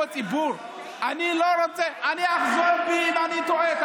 אני אחזור בי, אם אני טועה.